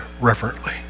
reverently